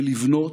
ולבנות,